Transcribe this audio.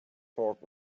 talk